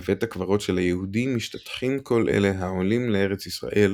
ובבית הקברות של היהודים משתטחים כל אלה העולים לארץ ישראל,